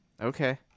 Okay